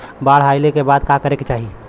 बाढ़ आइला के बाद का करे के चाही?